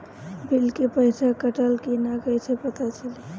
Bill के पइसा कटल कि न कइसे पता चलि?